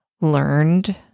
learned